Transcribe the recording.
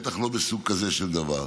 בטח לא בסוג דבר כזה,